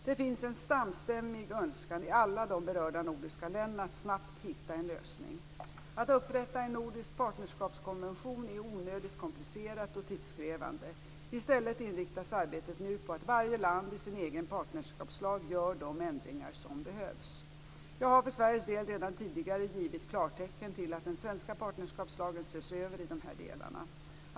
Det finns en samstämmig önskan i alla de berörda nordiska länderna att snabbt hitta en lösning. Att upprätta en nordisk partnerskapskonvention är onödigt komplicerat och tidskrävande. I stället inriktas arbetet nu på att varje land i sin egen partnerskapslag gör de ändringar som behövs. Jag har för Sveriges del redan tidigare givit klartecken till att den svenska partnerskapslagen ses över i de här delarna.